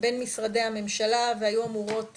בין משרדי הממשלה, והיו אמורות,